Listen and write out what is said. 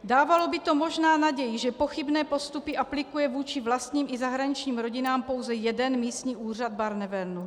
Dávalo by to možná naději, že pochybné postupy aplikuje vůči vlastním i zahraničním rodinám pouze jeden místní úřad Barnevernu.